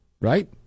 Right